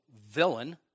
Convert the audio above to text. villain